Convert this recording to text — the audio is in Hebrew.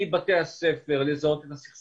הוקמו כוחות משימה.